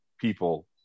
people